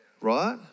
right